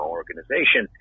organization